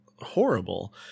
horrible